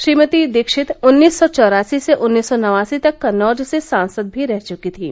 श्रीमती दीक्षित उन्नीस सौ चौरासी से उन्नीस सौ नवासी तक कन्नौज से सांसद भी रह चुकी थीं